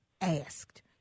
asked